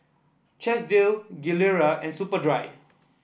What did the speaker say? Chesdale Gilera and Superdry